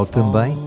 também